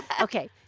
Okay